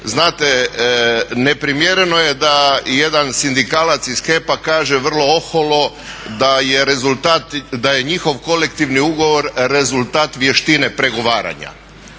znate ne primjereno je da jedan sindikalac iz HEP-a kaže vrlo oholo da je rezultat, da je njihov kolektivni ugovor rezultat vještine pregovaranja.